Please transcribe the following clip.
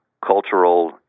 cultural